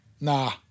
Nah